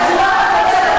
אבא מאמץ,